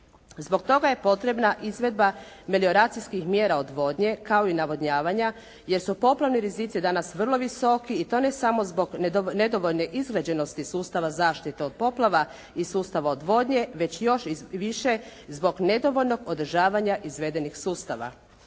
Zbog toga je potrebna izvedba melioracijskih mjera odvodnje kao i navodnjavanja jer su poplavni rizici danas vrlo visoki i to ne samo zbog nedovoljne izgrađenosti sustava zaštite od poplava i sustava odvodnje, već još i više zbog nedovoljnog održavanja izvedenih sustava.